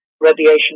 radiation